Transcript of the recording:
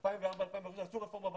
2005-2004, עשו רפורמה בנמלים.